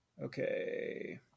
Okay